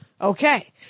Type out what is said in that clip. Okay